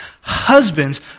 Husbands